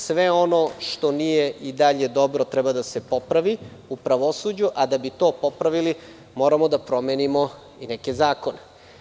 Sve ono što nije i dalje dobro treba da se popravi u pravosuđu, a da bi to popravili, moramo da promenimo i neke zakone.